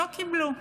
לא קיבלו.